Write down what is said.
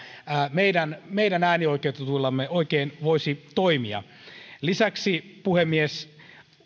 meidän meidän äänioikeutetuillamme oikein voisi toimia lisäksi puhemies